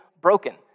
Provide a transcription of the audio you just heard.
broken